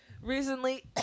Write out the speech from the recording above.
Recently